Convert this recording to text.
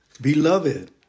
Beloved